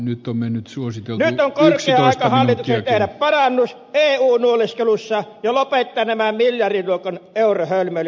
nyt on korkea aika hallituksen tehdä parannus eu nuoleskelussa ja lopettaa nämä miljardiluokan eurohölmöilyt